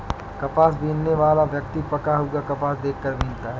कपास बीनने वाला व्यक्ति पका हुआ कपास देख कर बीनता है